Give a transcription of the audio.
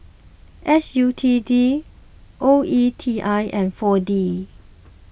S U T D O E T I and four D